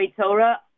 Torah